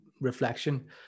reflection